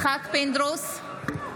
פינדרוס,